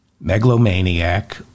megalomaniac